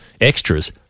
extras